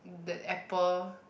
that apple